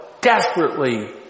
desperately